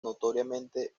notoriamente